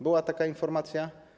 Była taka informacja?